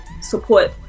support